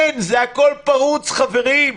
אין, זה הכול פרוץ, חברים.